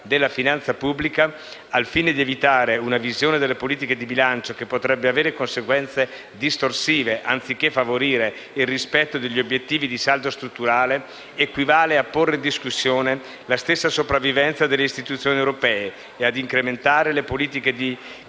della finanza pubblica, al fine di evitare una visione delle politiche di bilancio che potrebbe avere conseguenze distorsive anziché favorire il rispetto degli obiettivi di saldo strutturale, equivale a porre in discussione la stessa sopravvivenza delle istituzioni europee e a incrementare le politiche di